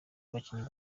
bakinnyi